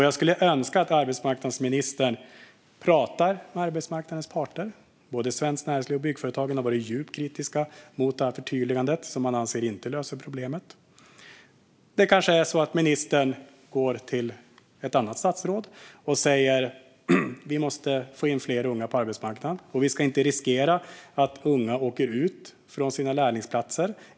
Jag skulle önska att arbetsmarknadsministern pratar med arbetsmarknadens parter. Både Svenskt Näringsliv och Byggföretagen har varit djupt kritiska mot detta förtydligande, som de anser inte löser problemet. Det kanske är så att ministern går till ett annat statsråd och säger: Vi måste få in fler unga på arbetsmarknaden, och vi ska inte riskera att unga åker ut från sina lärlingsplatser.